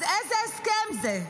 אז איזה הסכם זה?